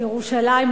ירושלים,